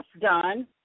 done